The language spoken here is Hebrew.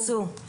ייבוא, ייצוא.